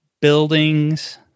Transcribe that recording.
buildings